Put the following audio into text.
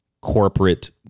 corporate